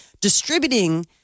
distributing